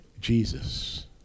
Jesus